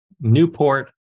Newport